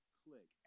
click